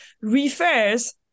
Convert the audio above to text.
refers